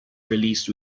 released